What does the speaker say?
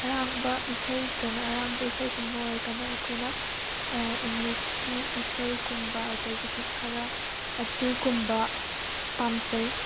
ꯑꯔꯥꯡꯕ ꯏꯁꯩꯗꯅ ꯑꯔꯥꯡꯕ ꯏꯁꯩꯒꯨꯝꯕ ꯑꯣꯏꯔꯒꯅ ꯑꯩꯈꯣꯏꯅ ꯏꯪꯂꯤꯁꯀꯤ ꯏꯁꯩꯒꯨꯝꯕ ꯑꯗꯨꯗꯒꯤꯗꯤ ꯈꯔ ꯑꯗꯨꯒꯨꯝꯕ ꯄꯥꯝꯖꯩ